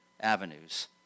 avenues